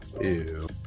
Ew